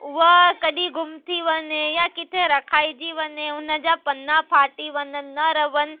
उहा कॾहिं गुम थी वञे या किथे रखाइजी वञे उन जा पना फाटी वञनि न रहनि